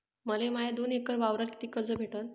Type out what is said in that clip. मले माया दोन एकर वावरावर कितीक कर्ज भेटन?